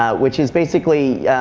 ah which is basically,